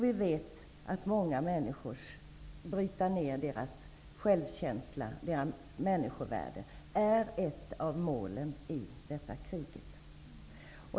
Vi vet att man bryter ner människornas självkänsla och människovärde och att det är ett av målen i detta krig.